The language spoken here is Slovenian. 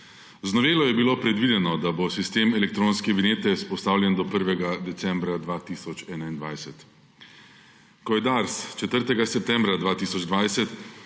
Z novelo je bilo predvideno, da bo sistem elektronske vinjete vzpostavljen do 1. decembra 2021. Ko je Dars 4. septembra 2020